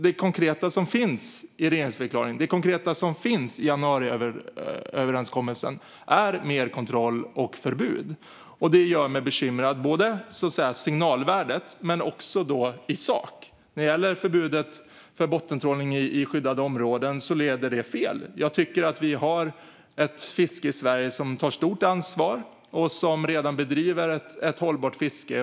Det konkreta som finns i regeringsförklaringen och i januariöverenskommelsen är mer kontroll och förbud. Det gör mig bekymrad, vad gäller både signalvärdet och i sak. Förbudet mot bottentrålning i skyddade områden leder fel. Jag tycker att vi i Sverige har ett fiske som tar stort ansvar och som redan bedriver ett hållbart fiske.